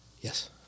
Yes